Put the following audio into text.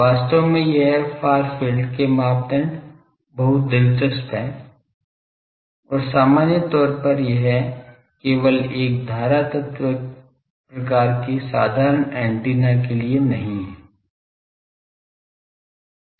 वास्तव में यह फार फील्ड के मापदंड बहुत दिलचस्प है और सामान्य तौर पर यह केवल एक धारा तत्व प्रकार के साधारण एंटीना के लिए नहीं है